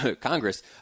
Congress